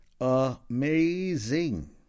Amazing